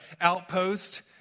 outpost